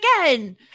again